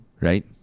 right